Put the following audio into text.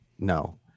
No